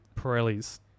Pirelli's